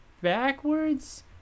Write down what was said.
backwards